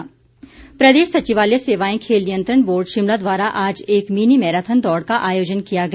marathon प्रदेश सचिवालय सेवाएं खेल नियंत्रण बोर्ड शिमला द्वारा आज एक मिनी मैराथन दौड़ का आयोजन किया गया